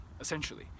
essentially